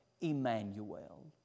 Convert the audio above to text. Emmanuel